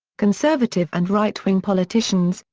conservative and right-wing politicians,